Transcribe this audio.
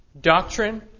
doctrine